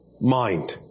mind